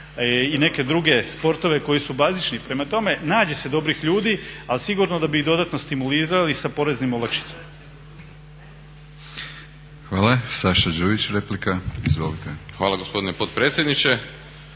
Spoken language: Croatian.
i neke druge sportove koji su bazični. Prema tome, nađe se dobrih ljudi ali sigurno da bi ih dodatno stimulirali sa poreznim olakšicama. **Batinić, Milorad (HNS)** Hvala. Saša Đujić